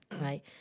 right